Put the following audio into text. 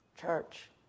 church